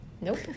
nope